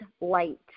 light